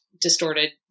distorted